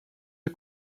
est